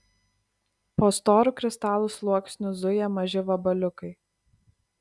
po storu kristalų sluoksniu zuja maži vabaliukai